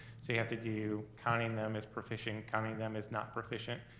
so you have to do counting them as proficient, counting them as not proficient,